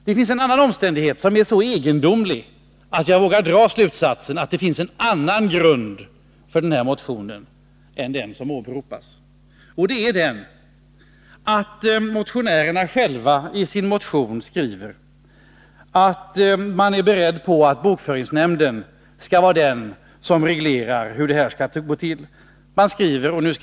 Det finns en omständighet som är så egendomlig att jag vågar dra slutsatsen att det finns en annan grund för den här motionen än den som åberopas. Det är den att motionärerna själva skriver att de är beredda att acceptera att bokföringsnämnden skall vara den som reglerar hur det hela skall gå till.